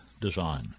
design